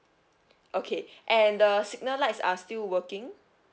okay and the signal lights are still working